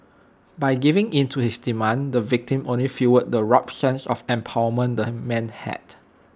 by giving in to his demands the victim only fuelled the warped sense of empowerment the man had